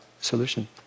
Solution